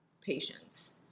patience